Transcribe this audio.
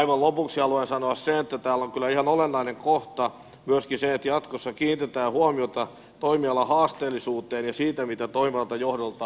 aivan lopuksi haluan sanoa sen että täällä on kyllä ihan olennainen kohta myöskin se että jatkossa kiinnitetään huomiota toimialan haasteellisuuteen ja siihen mitä toimivalta johdolta ihan oikeasti vaaditaan